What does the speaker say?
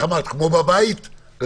כמו בבית, אמרת?